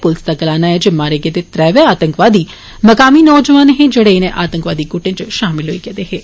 प्लसै दा आक्खना ऐ जे मारे गेदे त्रवै आतंकवादी मकामी नोजवान हे जेहड़े इनें आतंकवादी गुटे च षामल होई गेदे हे